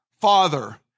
father